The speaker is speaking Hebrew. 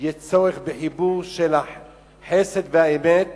יש צורך בחיבור של החסד והאמת